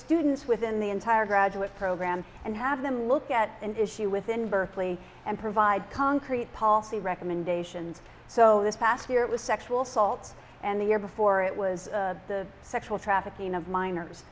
students within the entire graduate program and have them look at an issue within berkeley and provide concrete policy recommendations so this past year it was sexual assault and the year before it was the sexual trafficking of minors